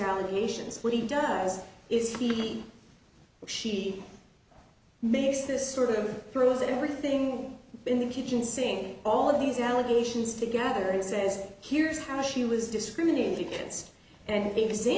allegations what he does is he she makes this sort of throws everything in the kitchen sink all of these allegations together and says here's how she was discriminated against and